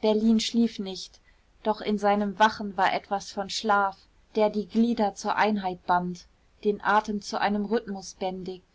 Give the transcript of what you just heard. berlin schlief nicht doch in seinem wachen war etwas von schlaf der die glieder zur einheit bannt den atem zu einem rhythmus bändigt